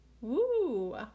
Woo